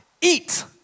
eat